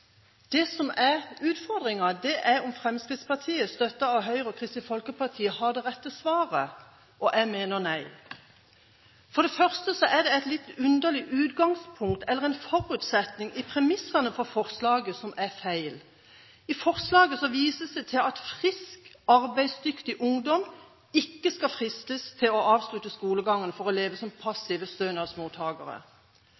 spørsmål. Det som er utfordringen, er om Fremskrittspartiet, støttet av Høyre og Kristelig Folkeparti, har det rette svaret. Jeg mener nei. For det første er det et litt underlig utgangspunkt eller en forutsetning i premissene for forslaget som er feil. I forslaget vises det til at frisk, arbeidsdyktig ungdom ikke skal fristes til å avslutte skolegangen for å leve som